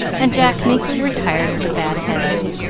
and jack meekly retired with a bad headache.